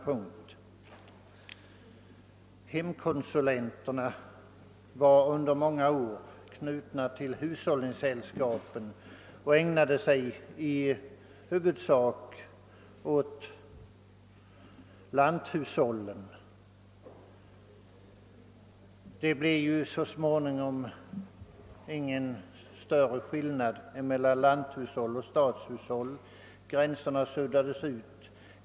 Hemkonsulenterna var under många år knutna till hushållningssällskapen och ägnade sig i huvudsak åt lanthushållen. Det blev så småningom ingen större skillnad mellan lanthushåll och stadshushåll. Gränserna suddades ut.